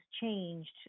changed